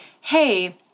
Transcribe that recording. hey